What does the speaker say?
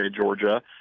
Georgia